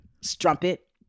strumpet